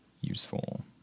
useful